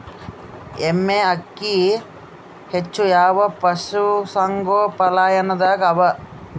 ಎಮ್ಮೆ ಅಕ್ಕಿ ಹೆಚ್ಚು ಯಾವ ಪಶುಸಂಗೋಪನಾಲಯದಾಗ ಅವಾ?